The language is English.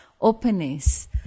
openness